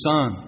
Son